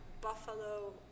buffalo